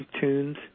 tunes